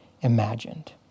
imagined